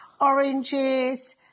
Oranges